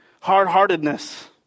hard-heartedness